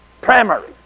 primary